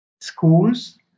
Schools